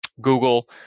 Google